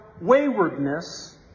waywardness